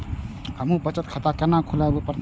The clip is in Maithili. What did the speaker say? हमू बचत खाता केना खुलाबे परतें?